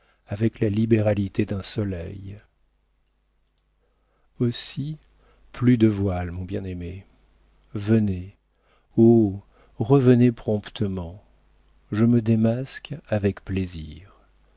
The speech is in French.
avec la libéralité d'un soleil aussi plus de voiles mon bien-aimé tenez oh revenez promptement je me démasque avec plaisir